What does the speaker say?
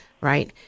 right